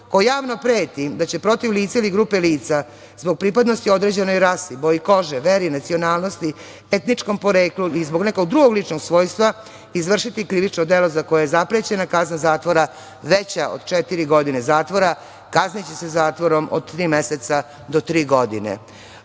ko javno preti da će protiv lica ili grupe lica zbog pripadnosti određenoj rasi, boji kože, veri, nacionalnosti, etničkom poreklu ili zbog nekog drugog ličnog svojstva izvršiti krivično delo za koje je zaprećena kazna zatvora veća od četiri godine zatvora kazniće se zatvorom od tri meseca do tri godine. Čitanje